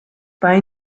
bei